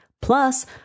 Plus